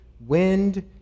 wind